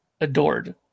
adored